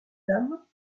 dames